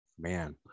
man